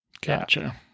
Gotcha